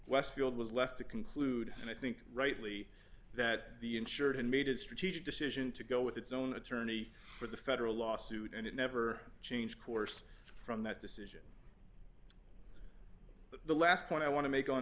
westfield was left to conclude and i think rightly that the insured and made a strategic decision to go with its own attorney for the federal lawsuit and it never changed course from that decision but the last point i want to make on